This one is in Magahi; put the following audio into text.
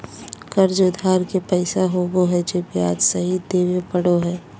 कर्ज उधार के पैसा होबो हइ जे ब्याज सहित देबे पड़ो हइ